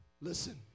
Listen